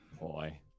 Boy